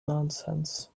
nonsense